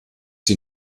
die